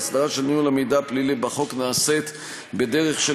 ההסדרה של ניהול המידע הפלילי בחוק נעשית בדרך של